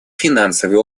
финансовой